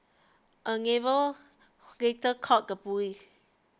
a neighbour later called the police